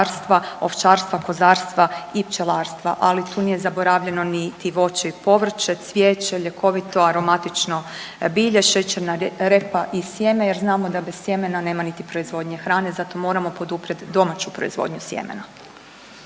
ovčarstva, kozarstva i pčelarstva, ali tu nije zaboravljeno niti voće i povrće, cvijeće, ljekovito, aromatično bilje, šećerna repa i sjeme jer znamo da bez sjemena nema niti proizvodnje hrane zato moramo poduprijet domaću proizvodnju sjemena.